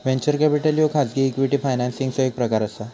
venture capital ह्यो खाजगी equity फायनान्सिंगचो एक प्रकार असा